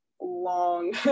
long